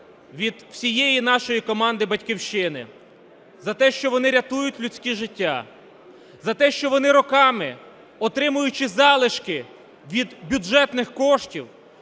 від всієї нашої команди "Батьківщини" за те, що вони рятують людські життя, за те, що вони роками отримуючи залишки від бюджетних коштів,